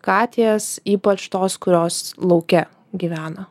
katės ypač tos kurios lauke gyvena